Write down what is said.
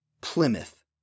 Plymouth